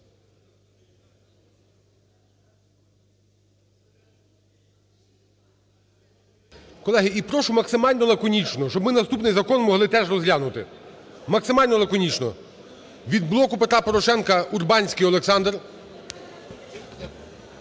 Колеги, і прошу максимально лаконічно. Щоб ми наступний закон могли теж розглянути. Максимально лаконічно! Від "Блоку Петра Порошенка" Урбанський Олександр.